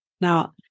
now